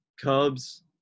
Cubs